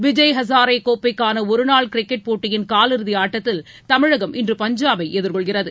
விஜய் ஹசாரே கோப்பைக்கான ஒருநாள் கிரிக்கெட் போட்டியின் காலிறுதி ஆட்டத்தில் தமிழகம் இன்று பஞ்சாபை எதிர்கொள்கிறது